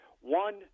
one